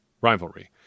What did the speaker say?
rivalry